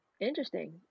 interesting